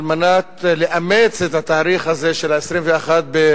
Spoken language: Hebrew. על מנת לאמץ את התאריך הזה, של ה-21 במרס,